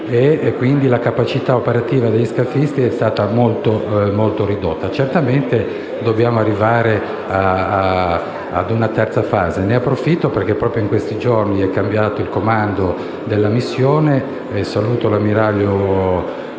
la capacità operativa degli stessi è stata molto ridotta. Certamente dobbiamo arrivare ad una terza fase. Ne approfitto, poiché proprio in questi giorni è cambiato il comando della missione, per salutare l'ammiraglio